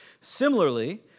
Similarly